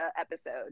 episode